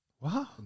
Wow